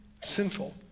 sinful